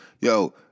Yo